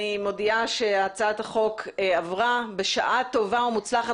אני מודיעה שהצעת החוק עברה בשעה טובה ומוצלחת.